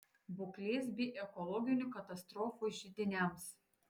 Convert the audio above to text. būklės bei ekologinių katastrofų židiniams